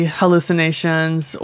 hallucinations